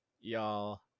y'all